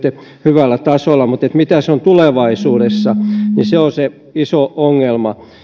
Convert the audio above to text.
hyvällä tasolla mutta mitä se on tulevaisuudessa se on se iso ongelma